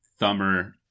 thumber